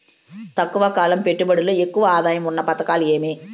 తక్కువ కాలం పెట్టుబడిలో ఎక్కువగా ఆదాయం ఉన్న పథకాలు ఏమి?